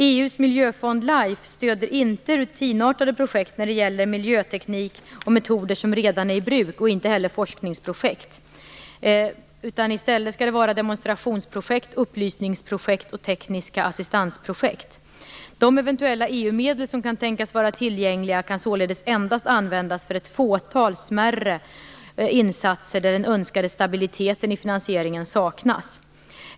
EU:s miljöfond LIFE stöder inte rutinartade projekt när det gäller miljöteknik och metoder som redan är i bruk och inte heller forskningsprojekt. I stället skall det vara demonstrationsprojekt, upplysningsprojekt och tekniska assistansprojekt. De EU-medel som kan tänkas vara tillgängliga kan således endast användas för ett fåtal smärre insatser där den önskade stabiliteten i finansieringen saknas.